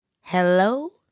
hello